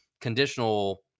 conditional